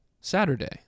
Saturday